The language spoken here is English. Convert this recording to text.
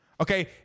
okay